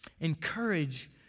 Encourage